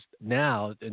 now